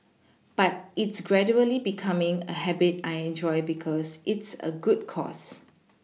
but it's gradually becoming a habit I enjoy because it's a good cause